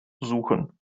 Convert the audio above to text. suchen